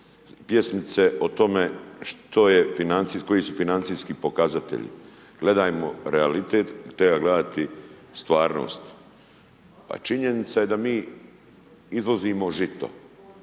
pjesmice o tome koji su financijski pokazatelji. Gledajmo realitet, treba gledati stvarnost. A činjenica je da mi izvozimo žito,